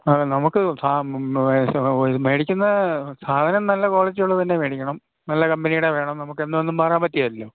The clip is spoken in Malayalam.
അതെ നമുക്ക് മേടിക്കുന്ന സാധനം നല്ല ക്വാളിറ്റി ഉള്ളതുതന്നെ മേടിക്കണം നല്ല കമ്പനിയുടെ വേണം നമുക്കെന്നുമെന്നും മാറാന് പറ്റുകയില്ലല്ലോ